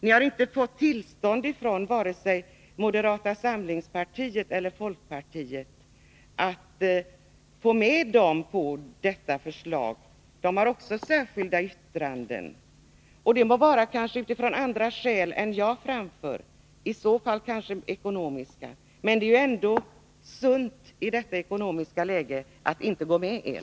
Ni har inte fått med er vare sig moderata samlingspartiet eller folkpartiet på detta förslag. De partierna har, liksom socialdemokraterna, avgivit särskilda yttranden — måhända av andra skäl än dem jag anför, kanske ekonomiska. Men det är ju ändå sunt att i detta ekonomiska läge inte stödja er.